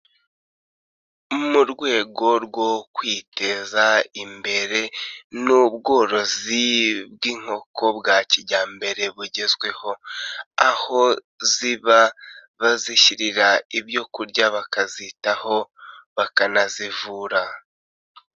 Mu rwego rwo kwiteza imbere n'ubworozi bw'inkoko bwa kijyambere bugezweho, aho ziba bazishyirira ibyo kurya bakazitaho, bakanazivura.